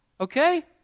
okay